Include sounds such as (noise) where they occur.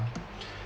(breath)